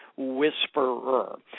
whisperer